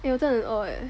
eh 我真的很饿 eh